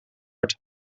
worden